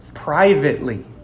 privately